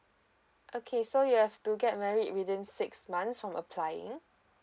okay so you have to get married within six months from applying